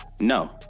No